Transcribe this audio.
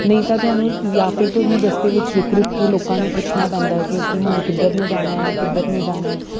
ਨਹੀਂ ਤਾਂ ਤੁਹਾਨੂੰ ਜਾਂ ਫਿਰ ਤੁਹਾਨੂੰ ਰਸਤੇ ਵਿੱਚ ਰੁਕ ਰੁਕ ਕੇ ਲੋਕਾਂ ਨੂੰ ਪੁੱਛਣਾ ਪੈਂਦਾ ਸੀ ਕਿ ਹੁਣ ਕਿੱਧਰ ਨੂੰ ਜਾਣਾ ਜਾਂ ਕਿੱਧਰ ਨੂੰ ਜਾਣਾ